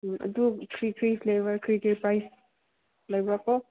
ꯎꯝ ꯑꯗꯨ ꯀꯔꯤ ꯀꯔꯤ ꯐ꯭ꯂꯦꯕꯔ ꯀꯔꯤ ꯀꯔꯤ ꯄ꯭ꯔꯥꯏꯁ ꯂꯩꯕ꯭ꯔꯥꯀꯣ